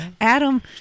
Adam